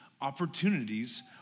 opportunities